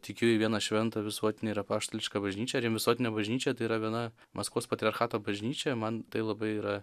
tikiu į vieną šventą visuotinę ir apaštališką bažnyčią ar jiem visuotinė bažnyčia tai yra viena maskvos patriarchato bažnyčia man tai labai yra